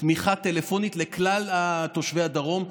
תמיכה טלפונית לכלל תושבי הדרום,